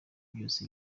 byose